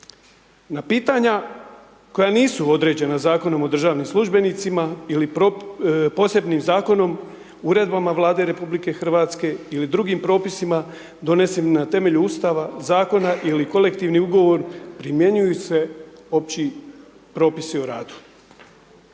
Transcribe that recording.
Na pitanja, koja nisu određena Zakonom o državnim službenicima, ili posebnim zakonom, uredbama Vlade RH ili drugim propisima, donesen na temelju Ustava, zakona ili kolektivnim ugovor primjenjuju se opći propisi u radu.